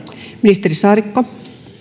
ministeri saarikko